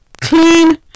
clean